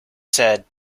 said